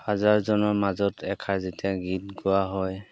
হাজাৰজনৰ মাজত এষাৰ যেতিয়া গীত গোৱা হয়